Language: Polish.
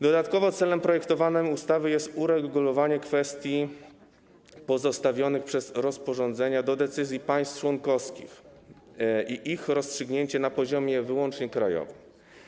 Dodatkowo celem projektowanej ustawy jest uregulowanie kwestii pozostawionych przez rozporządzenia do decyzji państw członkowskich i ich rozstrzygnięcia na poziomie wyłącznie krajowym.